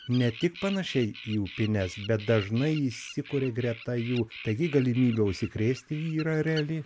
ne tik panašiai į upines bet dažnai įsikuria greta jų taigi galimybė užsikrėsti yra reali